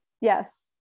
yes